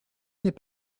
n’est